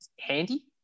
handy